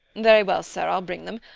very well, sir, i'll bring them.